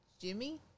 Jimmy